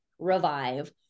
Revive